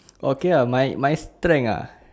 okay ah my my strength uh